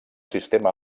sistema